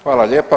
Hvala lijepa.